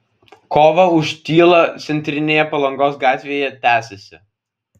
kova už tylą centrinėje palangos gatvėje tęsiasi